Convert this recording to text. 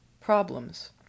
Problems